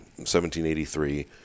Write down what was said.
1783